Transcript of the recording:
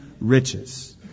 riches